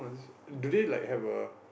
do they like have a